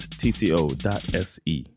tco.se